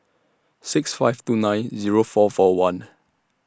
six five two nine Zero four four one